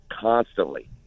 constantly